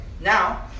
Now